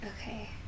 Okay